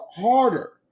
harder